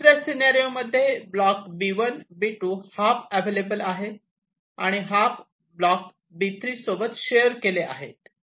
दुसऱ्या सीनारिओ मध्ये block B1 B2 half available आहे आणि हाफ ब्लॉक B3 सोबत शेअर केले आहेत